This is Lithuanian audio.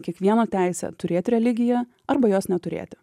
kiekvieno teisę turėt religiją arba jos neturėti